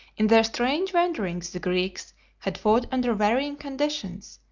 in their strange wanderings the greeks had fought under varying conditions,